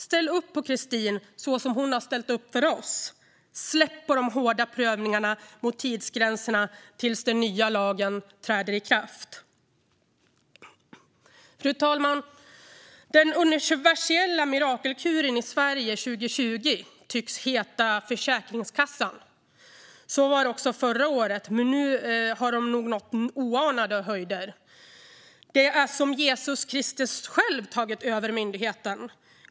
Ställ upp för Christine så som hon har ställt upp för oss. Släpp på de hårda prövningarna mot tidsgränserna tills den nya lagen träder i kraft. Fru talman! Den universella mirakelkuren i Sverige 2020 tycks heta Försäkringskassan. Så var det också förra året, men nu har man nått oanade höjder. Det är som om Jesus Kristus själv har tagit över myndigheten.